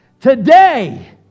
today